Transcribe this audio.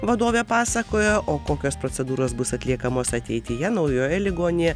vadovė pasakojo o kokios procedūros bus atliekamos ateityje naujoje ligoninėje